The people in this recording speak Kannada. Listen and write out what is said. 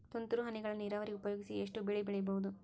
ತುಂತುರು ಹನಿಗಳ ನೀರಾವರಿ ಉಪಯೋಗಿಸಿ ಎಷ್ಟು ಬೆಳಿ ಬೆಳಿಬಹುದು?